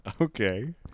Okay